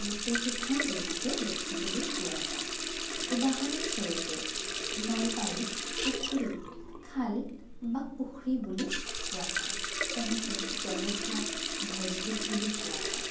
গোটেইকেখন জিলাতে দেখিবলৈ পোৱা যায় উদাহৰণস্বৰূপে নলবাৰীত পুখুৰীক খাল বা পুখৰী বুলি কোৱা হয় তেনেকৈ জলকীয়াক ভজলুক বুলি কোৱা হয়